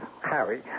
Harry